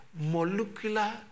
molecular